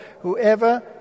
Whoever